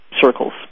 circles